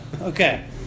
okay